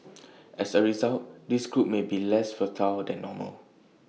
as A result this group may be less fertile than normal